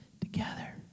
together